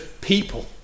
people